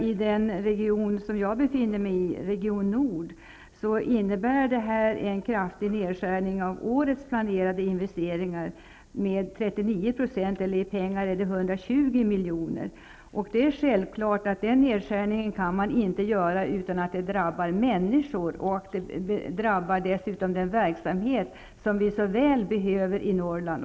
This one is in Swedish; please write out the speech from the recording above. I min region, region nord, innebär det här en kraftig nedskärning i årets planerade investeringar med 39 %. I pengar motsvarar det 120 miljoner. Det är självklart att man inte kan göra en sådan nedskärning utan att det drabbar människor. Det drabbar dessutom den verksamhet som vi så väl behöver i Norrland.